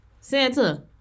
Santa